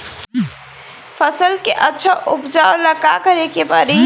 फसल के अच्छा उपजाव ला का करे के परी?